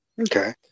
okay